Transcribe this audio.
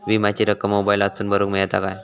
विमाची रक्कम मोबाईलातसून भरुक मेळता काय?